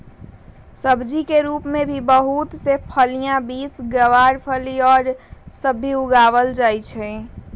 सब्जी के रूप में भी बहुत से फलियां, बींस, गवारफली और सब भी उगावल जाहई